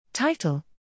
Title